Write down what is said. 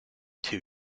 two